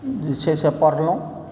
जे छै से पढ़लहुँ